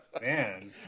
man